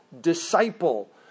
disciple